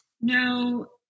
no